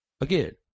Again